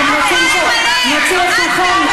אני מבקשת להוציא את חברת הכנסת סתיו שפיר.